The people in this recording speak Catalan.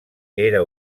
era